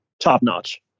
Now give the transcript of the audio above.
top-notch